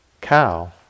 cow